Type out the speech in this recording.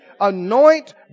Anoint